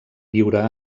viure